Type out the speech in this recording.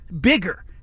bigger